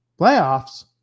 Playoffs